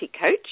coach